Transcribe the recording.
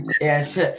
Yes